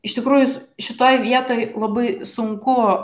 iš tikrųjų š šitoj vietoj labai sunku